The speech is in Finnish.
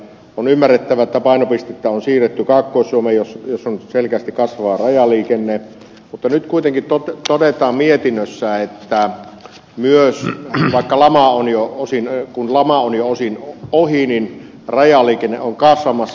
on ymmärrettävää että painopistettä on siirretty kaakkois suomeen jossa on selkeästi kasvava rajaliikenne mutta nyt kuitenkin todetaan mietinnössä että kun lama on jo osina ja kun lama oli osin ohi niin rajaliikenne on kasvamassa